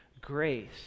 grace